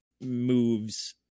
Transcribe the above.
moves